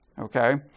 Okay